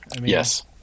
Yes